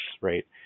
right